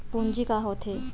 पूंजी का होथे?